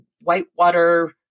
whitewater